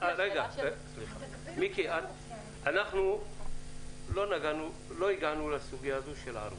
מיקי, אנחנו לא הגענו עדיין לסוגיית הערבות.